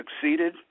succeeded